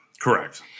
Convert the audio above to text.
Correct